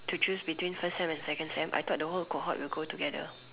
to choose between first sem and second sem I thought the whole cohort will go together